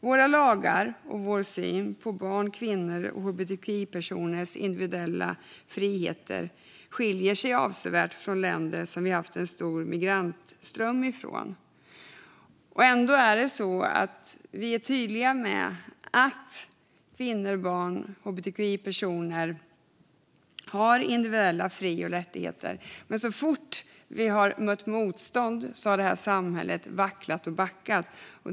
Våra lagar och vår syn på barns, kvinnors och hbtqi-personers individuella friheter skiljer sig avsevärt från i de länder som vi haft stor migrantströmning från. Ändå är vi tydliga med att barn, kvinnor och hbtqi-personer har individuella fri och rättigheter. Men så fort vi har mött motstånd har det här samhället vacklat och backat.